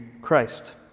Christ